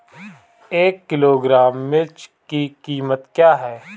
एक किलोग्राम मिर्च की कीमत क्या है?